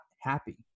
happy